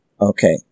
Okay